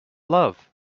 love